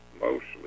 mostly